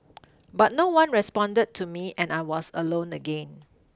but no one responded to me and I was alone again